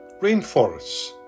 Rainforests